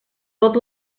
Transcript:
tot